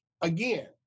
again